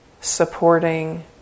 supporting